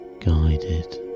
guided